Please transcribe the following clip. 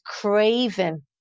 craving